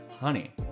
honey